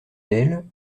d’elle